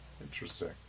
Interesting